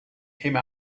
came